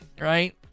right